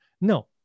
No